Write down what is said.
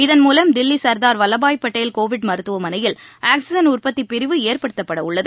இதன் மூலம் தில்லி சர்தார் வல்லபாய் படேல் கோவிட் மருத்துவமனையில் ஆக்ஸிஜன் உற்பத்திப் பிரிவு ஏற்படுத்தப்படவுள்ளது